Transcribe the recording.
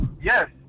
Yes